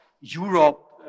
Europe